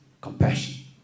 compassion